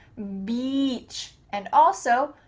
beach. and also,